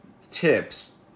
tips